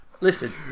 listen